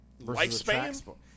Lifespan